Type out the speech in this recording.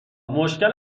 مشکل